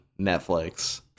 Netflix